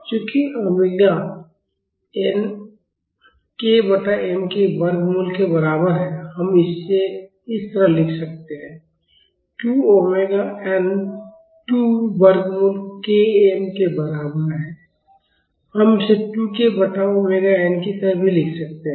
चूंकि omega n k बटा m के वर्गमूल के बराबर है हम इसे इस तरह लिख सकते हैं 2m ओमेगा एन 2 वर्गमूल km के बराबर है और हम इसे 2k बटा ओमेगा एन की तरह भी लिख सकते हैं